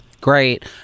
Great